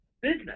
business